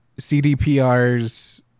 cdprs